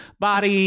Body